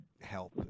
help